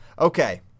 okay